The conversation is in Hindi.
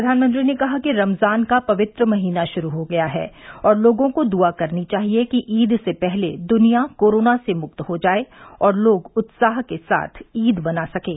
प्रधानमंत्री ने कहा कि रमजान का पवित्र महीना शुरू हो गया है और लोगों को दुआ करनी चाहिए कि ईद से पहले दुनिया कोरोना से मुक्त हो जाये और लोग उत्साह के साथ ईद मना सकें